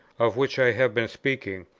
of which i have been speaking.